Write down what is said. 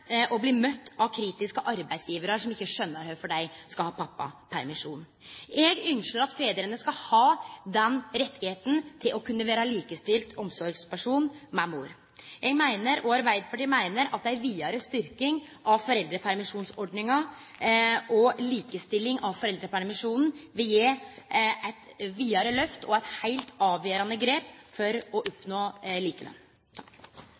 å bli møtt av kritiske arbeidsgjevarar som ikkje skjøner kvifor dei skal ha pappapermisjon. Eg ynskjer at far skal ha den retten til å vere likestilt omsorgsperson med mor. Eg og Arbeidarpartiet meiner at ei vidare styrking av foreldrepermisjonsordninga og likestilling av foreldrepermisjonen vil gje eit vidare lyft, og at det er eit heilt avgjerande grep for å oppnå likelønn.